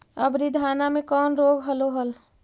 अबरि धाना मे कौन रोग हलो हल?